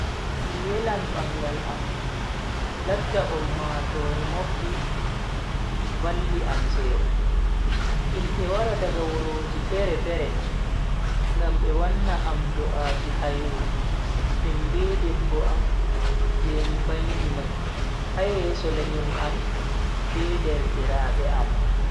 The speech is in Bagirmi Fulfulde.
Mi yelan bangal am latta ummatoore mofti valli am seyo. himbe wara daga wuroji fere-fere, ngam be wanna am du'aji hairu min be debbo am je mi bangi mai ha yeso lenyol am be derdiraabe am.